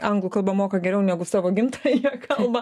anglų kalbą moka geriau negu savo gimtąją kalbą